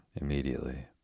immediately